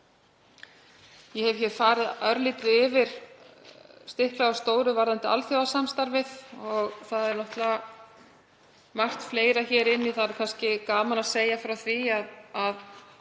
Ég hef hér farið örlítið yfir og stiklað á stóru varðandi alþjóðasamstarfið. Það er náttúrlega margt fleira hér inni. Það er kannski gaman að segja frá því —